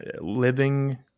living